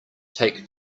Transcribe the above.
take